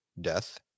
death